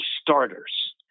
starters